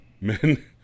men